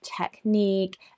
technique